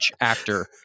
actor